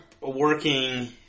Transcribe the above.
working